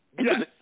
Yes